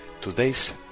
today's